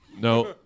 No